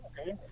Okay